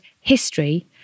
HISTORY